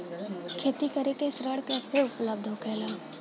खेती करे के ऋण कैसे उपलब्ध होखेला?